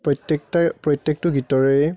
প্ৰত্যেকটাই প্ৰত্যেকটো গীতৰেই